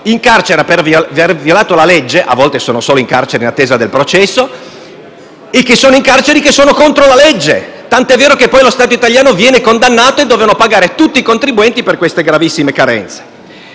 in carcere per avere violato la legge (a volte sono solo in carcere in attesa di processo) e che si trovano in carceri contro la legge, tant'è vero che poi lo Stato italiano viene condannato e devono pagare tutti i contribuenti per queste gravissime carenze.